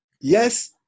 yes